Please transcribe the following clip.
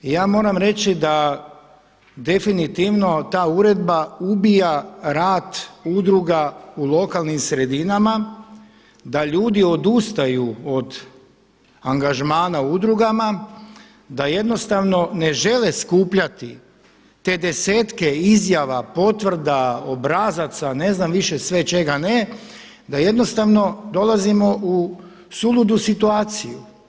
I ja moram reći da definitivno ta uredba ubija rad udruga u lokalnim sredinama, da ljudi odustaju od angažmana u udrugama, da jednostavno ne žele skupljati te desetke izjava, potvrda, obrazaca, ne znam više sve čega ne, da jednostavno dolazimo u suludu situaciju.